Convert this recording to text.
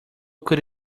could